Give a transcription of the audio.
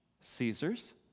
Caesar's